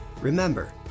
Remember